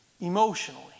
emotionally